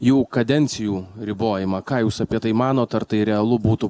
jų kadencijų ribojimą ką jūs apie tai manot ar tai realu būtų